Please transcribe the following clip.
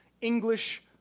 English